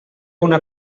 una